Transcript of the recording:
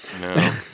No